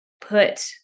put